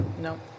no